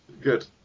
Good